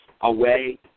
away